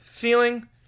Feeling